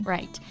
Right